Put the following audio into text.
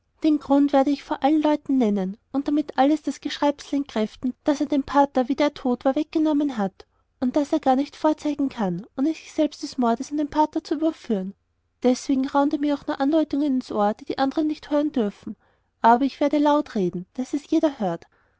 den grund werde ich vor allen leuten nennen und damit alles das geschreibsel entkräften das er dem pater wie der tot war weggenommen hat und das er gar nicht vorzeigen kann ohne sich selbst des mordes an dem pater zu überführen deswegen raunt er mir auch nur andeutungen ins ohr die die anderen nicht hören dürfen aber ich werde laut reden daß es jeder hört